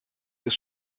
ist